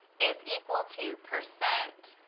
is equal to percent